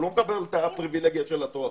הוא לא מקבל את הפריבילגיה של התואר.